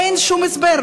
אין שום הסבר.